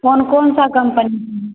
कौन कौनसे कम्पनी के हैं